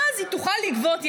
אז היא תוכל לגבות,